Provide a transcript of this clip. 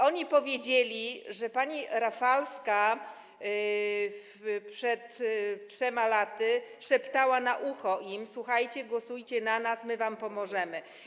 Oni powiedzieli, że pani Rafalska przed 3 laty szeptała im na ucho: Słuchajcie, głosujcie na nas, my wam pomożemy.